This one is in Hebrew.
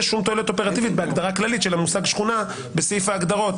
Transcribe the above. שום תועלת אופרטיבית בהגדרה כללית של המושג שכונה בסעיף ההגדרות,